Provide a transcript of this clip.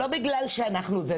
לא בגלל שאנחנו זה.